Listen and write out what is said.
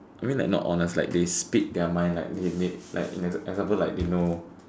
I mean like not honest like they speak their mind like they they example like they know